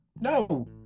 No